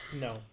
No